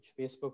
Facebook